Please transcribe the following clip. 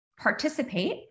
participate